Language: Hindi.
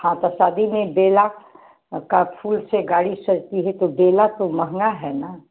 हाँ तो शादी में बेला का फूल से गाड़ी सजती है तो बेला तो महंगा है ना